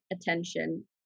attention